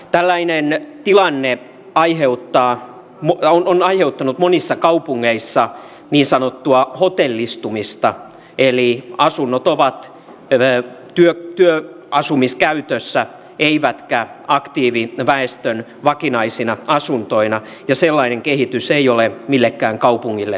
tällainen tilanne on aiheuttanut monissa kaupungeissa niin sanottua hotellistumista eli asunnot ovat työasumiskäytössä eivätkä aktiiviväestön vakinaisina asuntoina ja sellainen kehitys ei ole millekään kaupungille suotavaa